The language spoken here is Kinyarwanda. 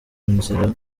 nzira